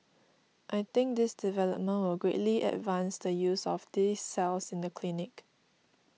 I think this development will greatly advance the use of these cells in the clinic